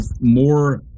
more